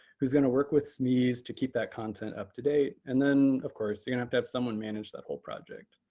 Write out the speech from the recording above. who's going to work with smes i mean to keep that content up to date. and then, of course, you're gonna have to have someone manage that whole project.